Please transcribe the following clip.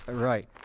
ah right.